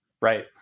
Right